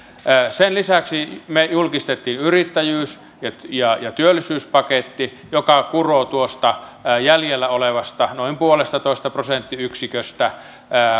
sen lisäksi me julkistimme yrittäjyys ja työllisyyspaketin joka kuroo tuosta jäljellä olevasta noin puolestatoista prosenttiyksiköstä osan